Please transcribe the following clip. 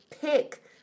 pick